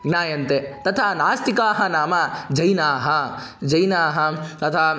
ज्ञायन्ते तथा नास्तिकाः नाम जैनाः जैनाः तथा